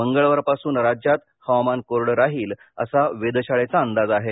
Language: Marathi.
मंगळवारपासून राज्यात हवामान कोरडं राहील असा वेधशाळेचा अंदाज आहे